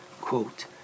quote